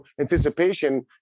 anticipation